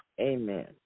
Amen